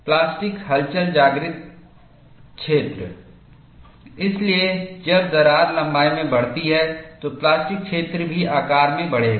plastic हलचल जागृत क्षेत्र इसलिए जब दरार लंबाई में बढ़ती है तो प्लास्टिक क्षेत्र भी आकार में बढ़ेगा